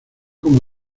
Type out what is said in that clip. como